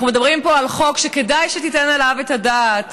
אנחנו מדברים פה על חוק שכדאי שתיתן עליו את הדעת,